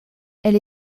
elle